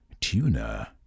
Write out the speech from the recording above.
tuna